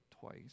twice